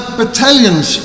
battalions